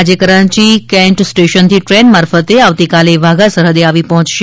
આજે કરાયી કેન્ટ સ્ટેશનથી દ્રેન મારફતે આવતી કાલે વાધા સરહદે આવી પહોંચશે